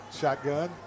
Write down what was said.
Shotgun